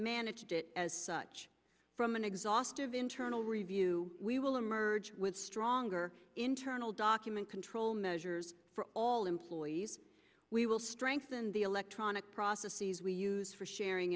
managed it as such from an exhaustive internal review we will emerge with stronger internal document control measures for all employees we will strengthen the electronic processes we use for sharing